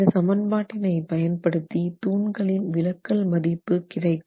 இந்த சமன்பாட்டினை பயன் படுத்தி தூண்களின் விலக்கல் மதிப்பு கிடைக்கும்